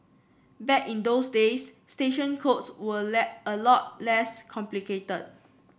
back in those days station codes were a a lot less complicated